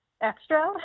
extra